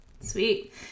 Sweet